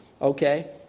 okay